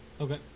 Okay